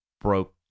broke